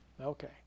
Okay